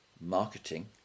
marketing